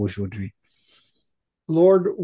Lord